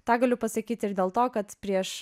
tą galiu pasakyti ir dėl to kad prieš